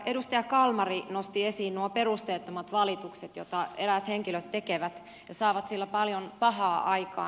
edustaja kalmari nosti esiin nuo perusteettomat valitukset joita eräät henkilöt tekevät ja saavat sillä paljon pahaa aikaan